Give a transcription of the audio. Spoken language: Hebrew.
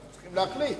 אנחנו צריכים להחליט.